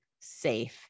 safe